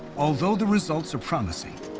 although the results are promising,